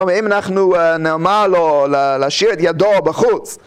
אם אנחנו נאמר לו להשאיר את ידו בחוץ